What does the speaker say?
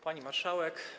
Pani Marszałek!